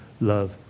Love